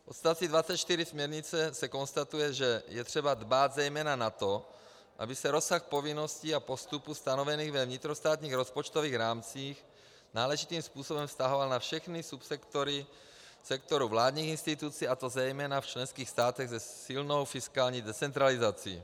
V odstavci 24 směrnice se konstatuje, že je třeba dbát zejména na to, aby se rozsah povinností a postupů stanovených ve vnitrostátních rozpočtových rámcích náležitým způsobem vztahoval na všechny subsektory sektoru vládních institucí, a to zejména v členských státech se silnou fiskální decentralizací.